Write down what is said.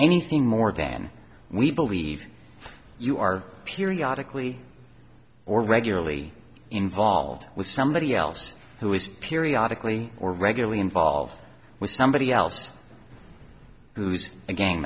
anything more than we believe you are a periodic lee or regularly involved with somebody else who is periodic only or regularly involved with somebody else who's a gang